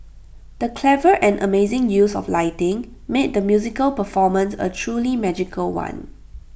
the clever and amazing use of lighting made the musical performance A truly magical one